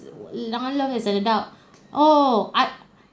love ah love as an adult oh I